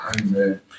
Amen